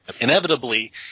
Inevitably